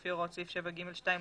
לפי הוראות סעיף 7ג2 לחוק,